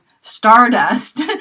stardust